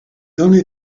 only